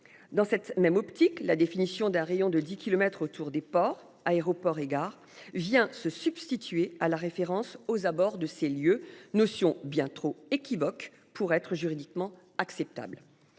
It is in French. dans cette même optique, la définition d'un rayon de 10 kilomètres autour des ports, aéroports et gares vient se substituer à la référence aux abords de ces lieux notion bien trop équivoque pour être juridiquement acceptable